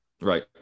Right